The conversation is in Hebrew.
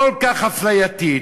כל כך אפלייתית,